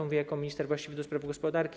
Mówię to jako minister właściwy do spraw gospodarki.